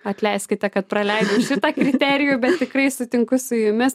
atleiskite kad praleidau šitą kriterijų bet tikrai sutinku su jumis